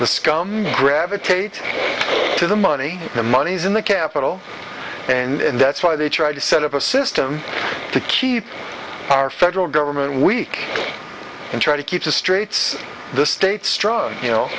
the scum gravitate to the money the money is in the capital and that's why they try to set up a system to keep our federal government weak and try to keep the straits the state strong you know